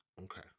Okay